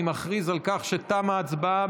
אני מכריז על כך שתמה ההצבעה.